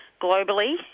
globally